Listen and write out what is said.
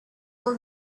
will